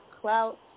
clout